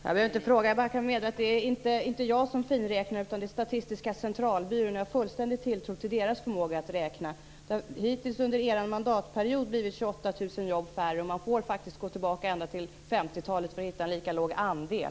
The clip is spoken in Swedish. Fru talman! Jag vill bara meddela att det inte är jag som finräknar utan Statistiska centralbyrån. Jag har fullständig tilltro till dess förmåga att räkna. Hittills under hela mandatperioden har minskningen blivit 28 000 jobb. Man får faktiskt gå tillbaka ända till 50-talet för att hitta en lika låg andel.